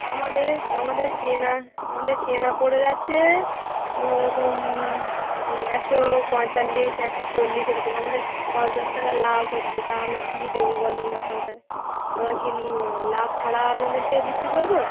আমাদের আমাদের কেনা আমাদের কেনা পড়ে যাচ্ছে ওরকম একশো পঁয়তাল্লিশ একশো চল্লিশ এরকম আমাদের পাঁচ দশ টাকা লাভ হচ্ছে তা আমরা কী দেবো বলুন ওখানটায় আমরা কি লাভ ছাড়া আপনাদেরকে বিক্রি করব